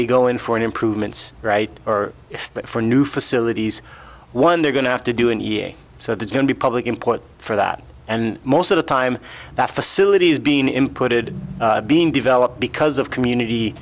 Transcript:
they go in for improvements right but for new facilities one they're going to have to do and so the don't be public import for that and most of the time that facility is being imported being developed because of community